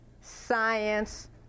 science